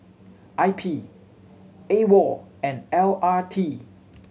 I P AWOL and L R T